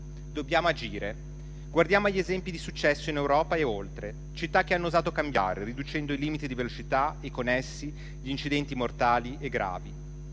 Dobbiamo agire. Guardiamo agli esempi di successo in Europa e oltre, città che hanno osato cambiare riducendo i limiti di velocità e con essi gli incidenti mortali e gravi.